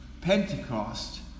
Pentecost